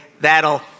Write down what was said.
That'll